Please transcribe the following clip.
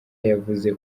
yavuze